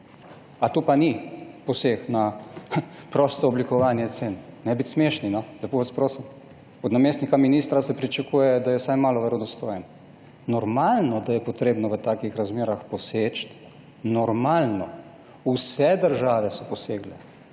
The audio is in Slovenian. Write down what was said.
A to pa ni poseg na prosto oblikovanje cen? Ne biti smešni, no, lepo vas prosim! Od namestnika ministra se pričakuje, da je vsaj malo verodostojen. Normalno, da je treba v takih razmerah poseči, normalno, vse države so posegle,